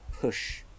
push